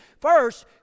First